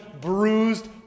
bruised